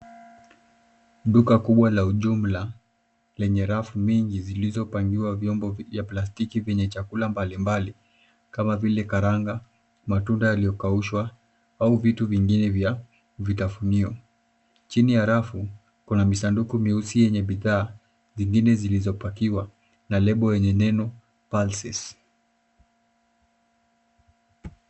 Duka kubwa la ujumla lenye rafu mingi zilizopangiwa vyombo ya plastiki vyenye chakula mbalimbali kama vile karanga, matunda yaliyokaushwa au vitu vingine vya vitafunio. Chini ya rafu kuna misanduku myeusi yenye bidhaa zingine zilizopakiwa na lebo yenye neno, Pulses.